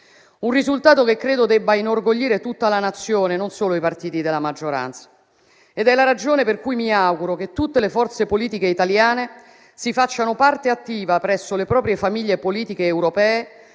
risultato debba inorgoglire tutta la Nazione, non solo i partiti della maggioranza, ed è la ragione per cui mi auguro che tutte le forze politiche italiane si facciano parte attiva presso le proprie famiglie politiche europee